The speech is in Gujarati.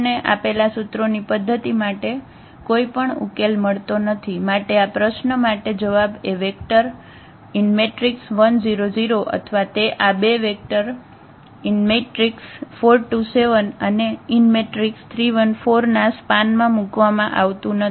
તેથી આપણને આપેલા સૂત્રોની પદ્ધતિ માટે કોઈ પણ ઉકેલ મળતો નથી માટે આ પ્રશ્ન માટે જવાબ એ વેક્ટર 1 0 0 અથવા તે આ બે વેક્ટર 4 2 7 અને 3 1 4 ના સ્પાન માં મુકવામાં આવતું નથી